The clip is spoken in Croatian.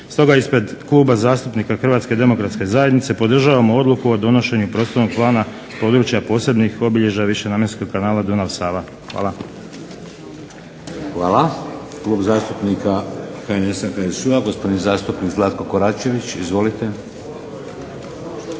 Stoga ispred Kluba zastupnika Hrvatske demokratske zajednice podržavamo odluku o donošenju prostornog plana područja posebnih obilježja višenamjenskog kanala Dunav-Sava. Hvala. **Šeks, Vladimir (HDZ)** Hvala. Klub zastupnika HNS-a, HSU-a, gospodin zastupnik Zlatko Koračević. Izvolite.